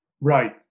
Right